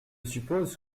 suppose